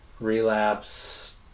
relapse